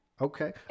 Okay